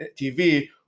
TV